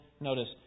notice